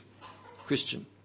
Christian